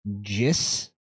Jis